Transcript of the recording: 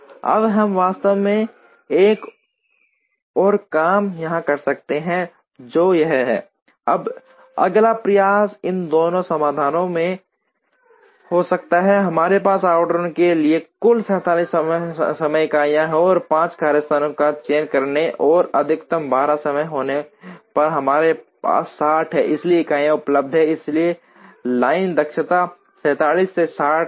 अब हम वास्तव में एक और काम यहां कर सकते हैं जो यह है अब अगला प्रयास इन दोनों समाधानों में हो सकता है हमारे पास आवंटन के लिए कुल 47 समय इकाइयां हैं और 5 कार्यस्थानों का चयन करके और अधिकतम 12 समय होने पर हमारे पास 60 हैं समय इकाइयाँ उपलब्ध हैं इसलिए लाइन दक्षता 47 से 60 थी